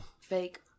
fake